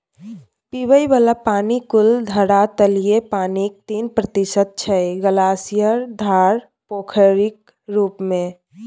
पीबय बला पानि कुल धरातलीय पानिक तीन प्रतिशत छै ग्लासियर, धार, पोखरिक रुप मे